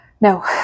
No